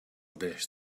dish